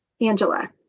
Angela